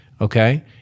Okay